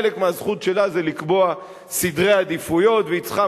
חלק מהזכות שלה זה לקבוע סדרי עדיפויות והיא צריכה,